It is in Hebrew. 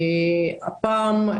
לא.